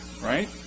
right